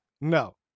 no